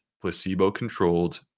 placebo-controlled